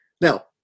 Now